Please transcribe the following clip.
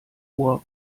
ohr